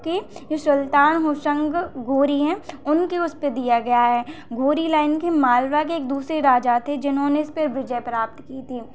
की जो सुल्तान होशंग गोरी हैं उनके उस पे दिया गया है गोरी लाइन के मालवा के एक दूसरे राजा थे जिन्होंने इस पे विजय प्राप्त की थी